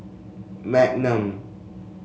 magnum